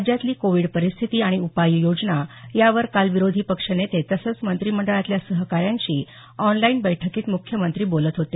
राज्यातली कोविड परिस्थिती आणि उपाययोजना यावर काल विरोधी पक्ष नेते तसंच मंत्रिमंडळातल्या सहकाऱ्यांशी ऑनलाईन बैठकीत मुख्यमंत्री बोलत होते